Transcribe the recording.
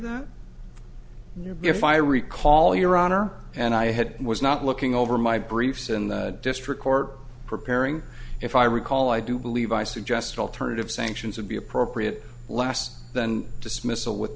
your if i recall your honor and i had was not looking over my briefs in the district court preparing if i recall i do believe i suggested alternative sanctions would be appropriate last then dismissal with